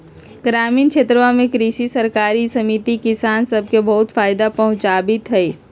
ग्रामीण क्षेत्रवा में कृषि सरकारी समिति किसान सब के बहुत फायदा पहुंचावीत हई